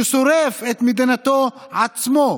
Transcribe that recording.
ששורף את מדינתו בעצמו,